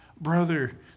Brother